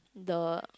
the